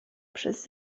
przez